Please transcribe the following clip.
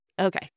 Okay